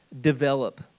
develop